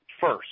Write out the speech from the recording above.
first